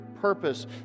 purpose